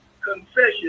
confession